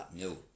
No